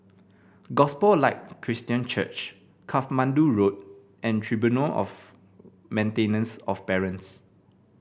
Gospel Light Christian Church Katmandu Road and Tribunal of Maintenance of Parents